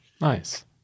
Nice